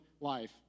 life